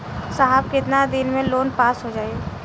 साहब कितना दिन में लोन पास हो जाई?